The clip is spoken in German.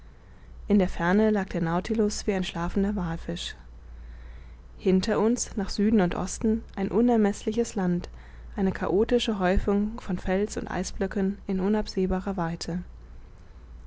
in der ferne lag der nautilus wie ein schlafender wallfisch hinter uns nach süden und osten ein unermeßliches land eine chaotische häufung von fels und eisblöcken in unabsehbarer weite